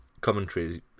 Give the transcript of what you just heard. commentary